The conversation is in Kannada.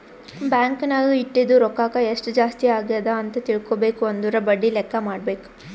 ಬ್ಯಾಂಕ್ ನಾಗ್ ಇಟ್ಟಿದು ರೊಕ್ಕಾಕ ಎಸ್ಟ್ ಜಾಸ್ತಿ ಅಗ್ಯಾದ್ ಅಂತ್ ತಿಳ್ಕೊಬೇಕು ಅಂದುರ್ ಬಡ್ಡಿ ಲೆಕ್ಕಾ ಮಾಡ್ಬೇಕ